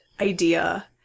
idea